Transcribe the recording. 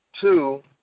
two